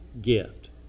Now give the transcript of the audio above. gift